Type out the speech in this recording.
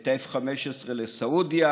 ואת ה-F-15 לסעודיה,